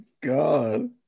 God